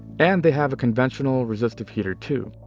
and they have a conventional resistive heater too,